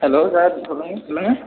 hello sir சொல்லுங்கள் சொல்லுங்கள்